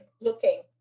looking